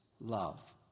love